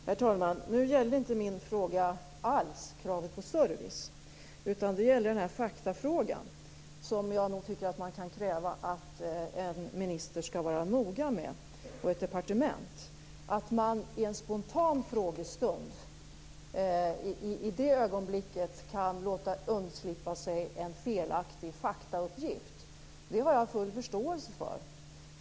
Herr talman! Min fråga gällde inte alls kravet på service utan det var en faktafråga. Jag tycker att man kan kräva att en minister och ett departement skall vara noga med sådant. Att man i en spontan frågestund kan låta undslippa sig en felaktig faktauppgift har jag full förståelse för.